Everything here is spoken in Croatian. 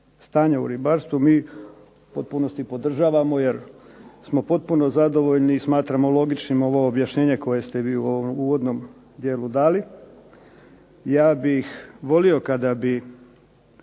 stanja u ribarstvu mi u potpunosti podržavamo jer mi smo potpuno zadovoljni i smatramo logičnim ovo objašnjenje koje ste vi u uvodnom dijelu dali. Ja bih volio kada